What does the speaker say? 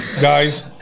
guys